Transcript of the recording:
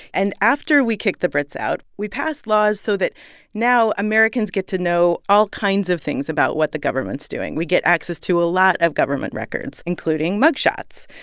and after we kicked the brits out, we passed laws so that now americans get to know all kinds of things about what the government's doing. we get access to a lot of government records, including mug shots.